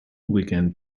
weekend